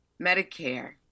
Medicare